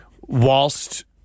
whilst